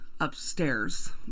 upstairs